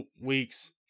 weeks